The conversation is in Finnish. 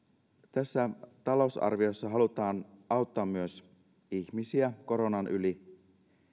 tässä talousarviossa halutaan auttaa myös ihmisiä koronan yli